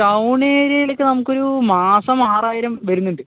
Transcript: town ഏരിയലേക്ക് നമുക്കൊരു മാസം ആറായിരം വരുന്നുണ്ട്